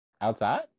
outside